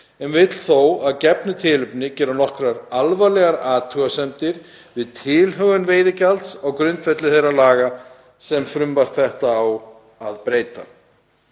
en vill þó að gefnu tilefni gera nokkrar alvarlegar athugasemdir við tilhögun veiðigjalds á grundvelli þeirra laga sem frumvarp þetta á að breyta.